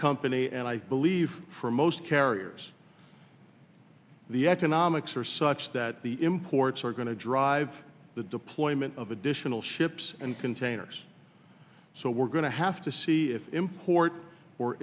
company and i believe for most carriers the economics are such that the imports are going to drive the deployment of additional ships and containers so we're going to have to see if import or